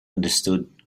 understood